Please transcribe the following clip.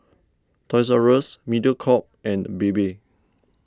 Toys R Us Mediacorp and Bebe